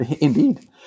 indeed